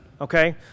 okay